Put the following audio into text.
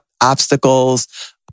obstacles